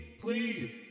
please